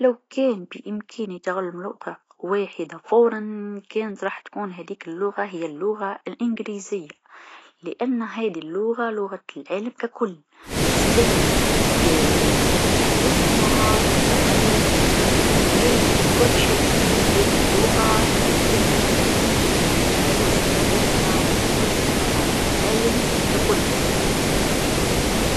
لو كان بإمكاني تعلم لغه واحده فورا كانت راح تكون هاذيك اللغه هي اللغه الإنجليزيه لأن هاذي اللغه لغه العالم ككل، تستعمل في حياتنا في العمل في الإنترنت في كل شيء، هاذي لغه تمكنا من أنا نمارس حياتتا مع المجتمع و مع العالم ككل.